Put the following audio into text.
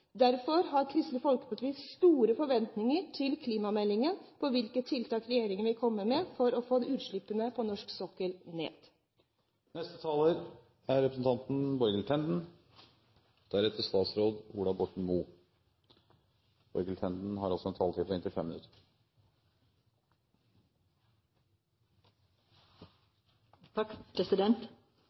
Derfor har Kristelig Folkeparti store forventninger til klimameldingen når det gjelder hvilke tiltak regjeringen vil komme med for å få ned utslippene på norsk sokkel. Det er en etterlengtet melding vi behandler i Stortinget i dag. Det var jo en